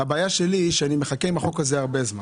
הבעיה שלי היא שאני מחכה עם הצעת החוק חיסכון לכל ילד